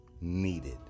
needed